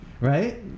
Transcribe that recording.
Right